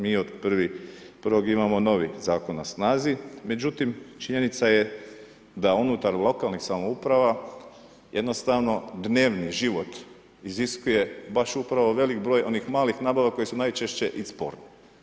Mi od 1.1. imamo novi Zakon na snazi, međutim činjenica je da unutar lokalnih samouprava jednostavno dnevni život iziskuje baš upravo velik broj onih malih nabava koje su najčešće i sporne.